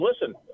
listen